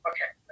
Okay